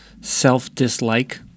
self-dislike